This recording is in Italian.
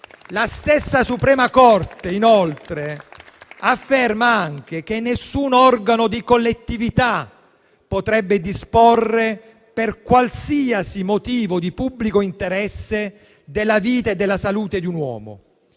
La stessa Suprema corte, inoltre, afferma anche che nessun organo di collettività potrebbe disporre, per qualsiasi motivo di pubblico interesse, della vita e della salute di un uomo.